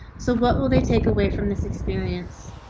so what will they take away from this experience,